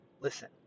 Listen